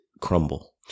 crumble